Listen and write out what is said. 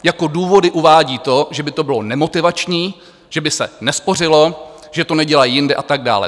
Jako důvody uvádí to, že by to bylo nemotivační, že by se nespořilo, že to nedělají jinde a tak dále.